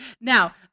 Now